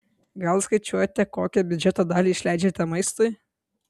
gal skaičiuojate kokią biudžeto dalį išleidžiate maistui